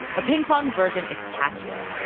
but pinkfong's version is catchier.